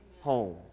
home